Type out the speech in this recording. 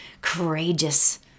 courageous